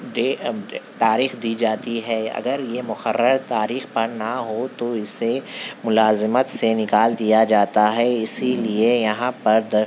دے تاریخ دی جاتی ہے اگر یہ مقرر تاریخ پر نہ ہو تو اِسے ملازمت سے نکال دیا جاتا ہے اِسی لیے یہاں پر در